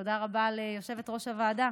תודה רבה ליושבת-ראש הוועדה